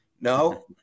no